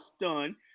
done